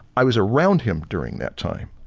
i was around him during that time.